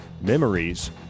memories